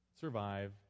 survive